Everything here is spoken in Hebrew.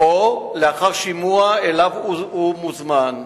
או לאחר שימוע שאליו הוא מוזמן,